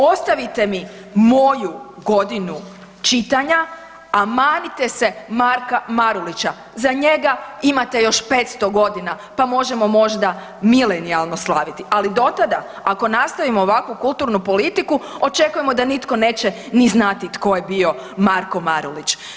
Ostavite mi moju godinu čitanja, a manite se Marka Marulića, za njega imate još 500 godina pa možemo možda milenijalno slaviti, ali do tada ako nastavimo ovakvu kulturnu politiku očekujemo da nitko neće ni znati tko je bio Marko Marulić.